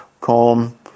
calm